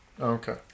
okay